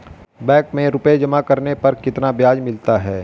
Bank में रुपये जमा करने पर कितना ब्याज मिलता है?